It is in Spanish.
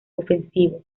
ofensivo